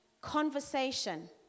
conversation